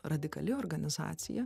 radikali organizacija